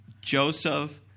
Joseph